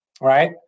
right